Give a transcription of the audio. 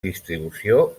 distribució